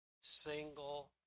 single